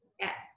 Yes